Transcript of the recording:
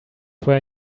where